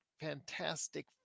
fantastic